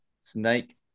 Snake